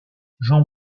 jean